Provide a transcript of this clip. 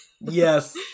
Yes